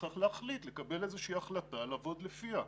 צריך להחליט, לקבל איזושהי החלטה ולעבוד לפיה.